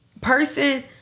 person